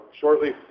shortly